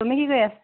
তুমি কি কৰি আছা